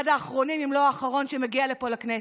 אחד האחרונים, אם לא האחרון, שמגיע לפה, לכנסת.